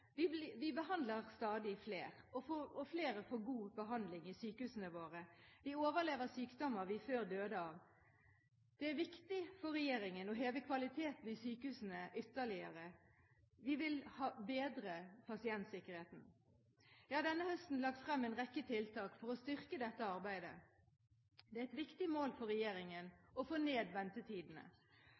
Vi behandler stadig flere, og flere får god behandling i sykehusene våre. Vi overlever sykdommer vi før døde av. Det er viktig for regjeringen å heve kvaliteten i sykehusene ytterligere. Vi vil bedre pasientsikkerheten. Jeg har denne høsten lagt frem en rekke tiltak for å styrke dette arbeidet. Det er et viktig mål for regjeringen å få